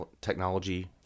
Technology